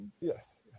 Yes